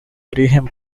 origen